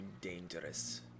Dangerous